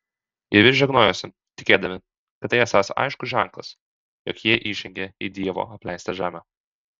jie vis žegnojosi tikėdami kad tai esąs aiškus ženklas jog jie įžengė į dievo apleistą žemę